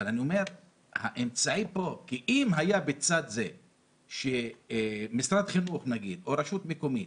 אבל אני אומר שאם היה בצד זה שמשרד החינוך או רשות מקומית